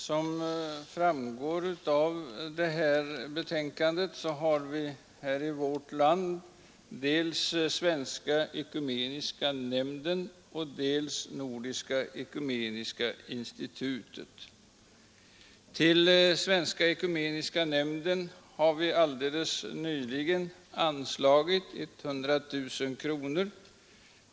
Herr talman! Som framgår av betänkandet har vi i vårt land dels svenska ekumeniska nämnden, dels Nordiska ekumeniska institutet. Till svenska ekumeniska nämnden har vi nyss anslagit 100 000 kronor.